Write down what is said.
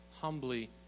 humbly